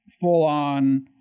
full-on